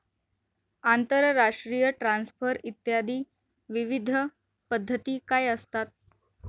आंतरराष्ट्रीय ट्रान्सफर इत्यादी विविध पद्धती काय असतात?